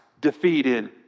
defeated